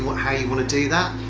how you want to do that,